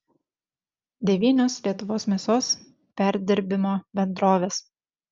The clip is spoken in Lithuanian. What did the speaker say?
devynios lietuvos mėsos perdirbimo bendrovės